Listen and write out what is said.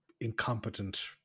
incompetent